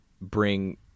bring